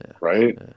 Right